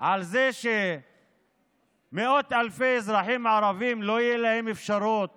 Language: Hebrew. לזה שמאות אלפי אזרחים ערבים, לא תהיה להם אפשרות